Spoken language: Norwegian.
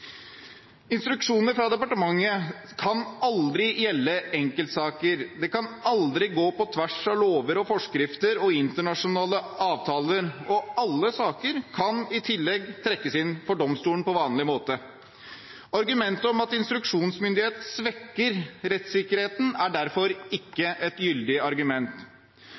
Instruksjoner fra departementet kan aldri gjelde enkeltsaker. De kan aldri gå på tvers av lover, forskrifter og internasjonale avtaler. Alle saker kan i tillegg trekkes inn for domstolen på vanlig måte. Argumentet om at instruksjonsmyndighet svekker rettsikkerheten, er derfor ikke et gyldig argument.